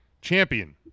champion